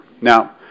Now